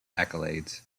accolades